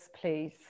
please